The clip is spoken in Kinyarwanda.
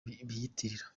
biyitirira